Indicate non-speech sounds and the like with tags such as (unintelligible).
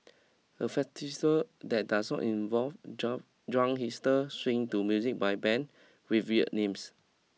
a (unintelligible) that does not involve jump drunk hipsters swaying to music by band with weird names